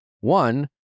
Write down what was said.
one